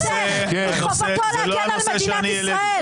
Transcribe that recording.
--- מחובתו להגן על מדינת ישראל.